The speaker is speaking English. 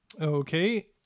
Okay